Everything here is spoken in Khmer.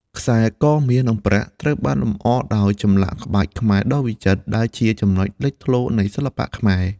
ខ្សែ ក មាស និងប្រាក់ ត្រូវបានលម្អដោយ ចម្លាក់ក្បាច់ខ្មែរដ៏វិចិត្រ ដែលជាចំណុចលេចធ្លោនៃសិល្បៈខ្មែរ។